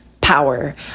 power